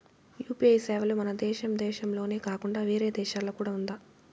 UPI సేవలు మన దేశం దేశంలోనే కాకుండా వేరే దేశాల్లో కూడా ఉందా?